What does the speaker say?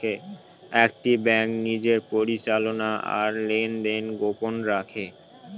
একটি ব্যাঙ্ক নিজের পরিচালনা আর লেনদেন গোপন রাখে